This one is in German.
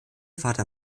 vater